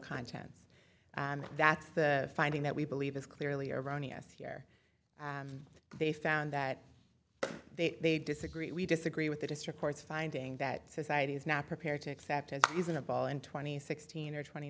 contents and that's the finding that we believe is clearly erroneous here they found that they disagree we disagree with the district court's finding that society is not prepared to accept as reasonable and twenty sixteen or twenty